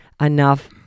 enough